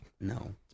No